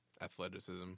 athleticism